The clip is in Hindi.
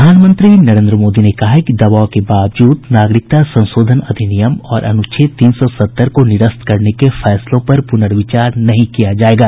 प्रधानमंत्री नरेन्द्र मोदी ने कहा है कि दबाव के बावजूद नागरिकता संशोधन अधिनियम और अनुच्छेद तीन सौ सत्तर को निरस्त करने के फैसलों पर पूनर्विचार नहीं किया जाएगा